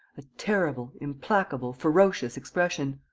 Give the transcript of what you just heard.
a terrible, implacable, ferocious expression.